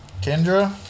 Kendra